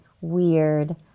weird